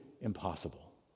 impossible